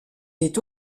est